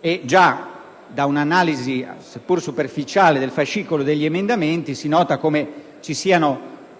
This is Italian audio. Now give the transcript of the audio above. e già da un'analisi seppur superficiale del fascicolo degli emendamenti si nota come ci siano